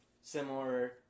similar